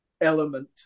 element